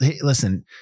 Listen